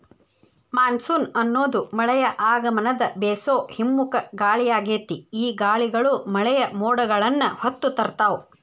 monsoon ಅನ್ನೋದು ಮಳೆಯ ಆಗಮನದ ಬೇಸೋ ಹಿಮ್ಮುಖ ಗಾಳಿಯಾಗೇತಿ, ಈ ಗಾಳಿಗಳು ಮಳೆಯ ಮೋಡಗಳನ್ನ ಹೊತ್ತು ತರ್ತಾವ